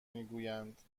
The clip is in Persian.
میگویند